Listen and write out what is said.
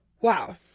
Wow